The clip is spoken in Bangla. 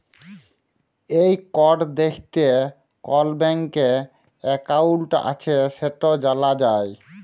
এই কড দ্যাইখে কল ব্যাংকে একাউল্ট আছে সেট জালা যায়